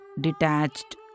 Detached